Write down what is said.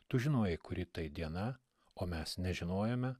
tu žinojai kuri tai diena o mes nežinojome